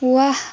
वाह